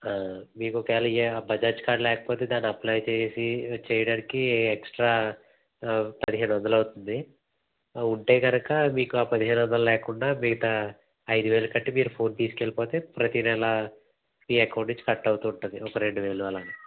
మీకు ఒకవేళ ఏ బజాజ్ కార్డు లేకపోతే దాని అప్లై చేసి చేయడానికి ఎక్స్ట్రా పదిహేను వందలు అవుతుంది ఉంటే కనుక మీకు పదిహేను వందలు లేకుండా మిగతా ఐదు వేలు కట్టి మీ ఫోన్ తీసుకు వెళ్ళిపోతే ప్రతి నెల మీ అకౌంట్లో నుంచి కట్ అవుతు ఉంటుంది ఒక రెండు వేలు అలా